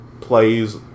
plays